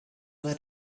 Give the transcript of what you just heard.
were